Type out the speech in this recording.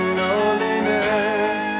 loneliness